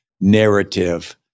narrative